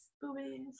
Boobies